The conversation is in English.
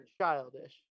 Childish